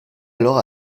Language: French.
alors